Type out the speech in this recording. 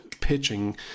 pitching